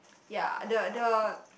ya the the